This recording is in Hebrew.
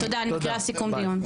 תודה, אני מקריאה סיכום דיון.